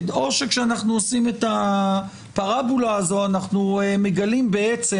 או שכשאנחנו עושים את הפרבולה הזו אנחנו מגלים בעצם